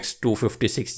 256